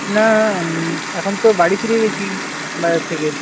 না এখন তো বাড়ি ফিরে গেছি বাজার থেকে